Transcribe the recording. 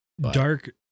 Dark